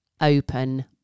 open